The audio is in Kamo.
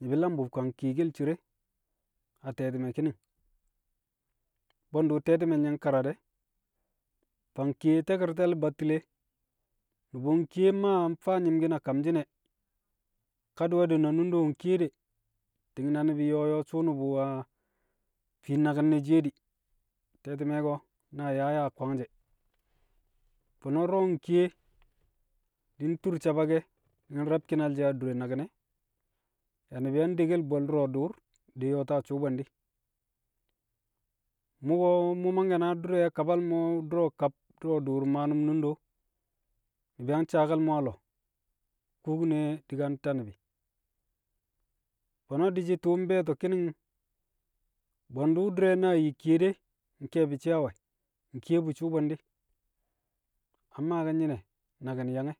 ni̱bi̱ nlam bu̱ fang kiyekel cire a te̱ti̱mẹ ki̱ni̱ng. Mbwe̱ndu̱ te̱ti̱me̱l nye̱ nkara de̱. Fang kiye taki̱rtal battile, nu̱bu̱ nkiye naa mfaa nyi̱mki̱n a kamshi̱ ẹ, kadi̱we̱ di̱ na nunde nkiye de ti̱ng na ni̱bi̱ yo̱o̱ yo̱o̱ su̱u̱ nu̱bu̱ a fii naki̱n ne̱ shiye di̱, te̱ti̱me̱ ko̱ na yaa yaa kwangje̱. Fo̱no̱ du̱ro̱ nkiye di̱ ntur sabake̱, di̱ nre̱b ki̱nal she̱ adure naki̱n e̱, yaa ni̱bi̱ yang dekkel bo̱l dṵro̱ dṵṵr, de yo̱o̱ta sṵṵ bwẹndi̱. Mu̱ ko̱ mu̱ mangke̱ na di̱re̱ a kabal mo̱ du̱ro̱ kab du̱ro̱ dṵṵr maa nu̱m nunde wu̱ ni̱bi̱ yang saake̱l mo̱ a lo̱o̱. Kubine di̱ ka nta ni̱bi̱. Fo̱no̱ di̱shi̱ tṵṵ mbe̱e̱to̱ ki̱ni̱ng bwe̱ndu̱ di̱rẹ na yi kiye de, nke̱e̱bi̱ shi̱ a we̱, nkiye bu sṵṵ bwe̱ndi̱. Mmaaki̱n nyi̱nẹ naki̱n yang e̱?